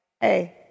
hey